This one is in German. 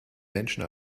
menschen